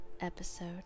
episode